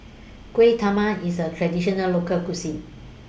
Kuih Talam IS A Traditional Local Cuisine